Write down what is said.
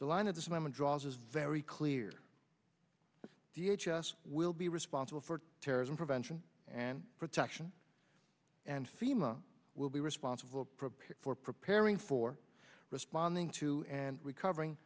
the line at this moment draws is very clear da just will be responsible for terrorism prevention and protection and fema will be responsible for preparing for responding to and recovering